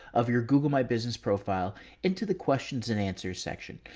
of your google my business profile into the questions and answers section.